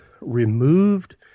removed